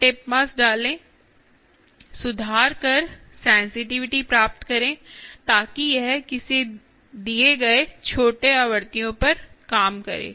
एक tip mass डालें सुधार कर सेंसिटिविटी प्राप्त करें ताकि यह किसी दिए गए छोटे आवृत्तियों पर काम करे